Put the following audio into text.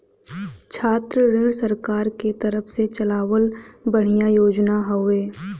छात्र ऋण सरकार के तरफ से चलावल बढ़िया योजना हौवे